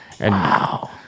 Wow